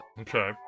Okay